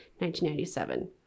1997